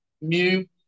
Mew